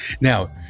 now